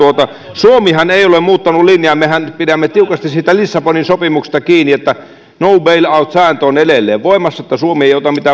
suomihan ei ole muuttanut linjaa mehän pidämme tiukasti siitä lissabonin sopimuksesta kiinni että no bail out sääntö on edelleen voimassa eli suomi